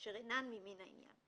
אשר אינן ממין העניין".